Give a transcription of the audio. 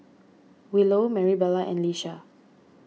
Willow Marybelle and Lisha